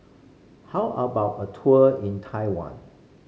how about a tour in Taiwan